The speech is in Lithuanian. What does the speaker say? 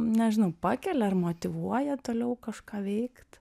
nežinau pakelia ar motyvuoja toliau kažką veikt